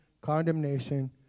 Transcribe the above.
condemnation